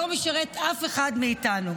לא משרת אף אחד מאיתנו.